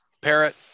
Parrot